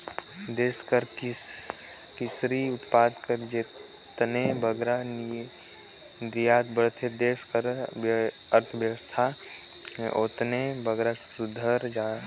देस कर किरसी उत्पाद कर जेतने बगरा निरयात बढ़थे देस कर अर्थबेवस्था में ओतने बगरा सुधार होथे